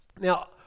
Now